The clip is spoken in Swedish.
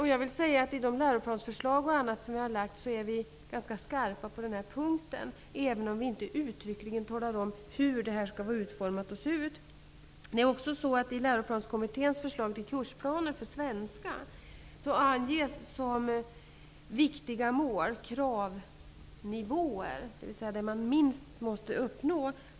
I bl.a. de läroplansförslag som vi har lagt fram är vi också ganska skarpa på den punkten, även om vi inte uttryckligen talar om hur detta skall vara utformat och se ut. I Läroplanskommitténs förslag till kursplaner för svenska anges också som viktiga mål kravnivåer, dvs. vad man minst måste uppnå.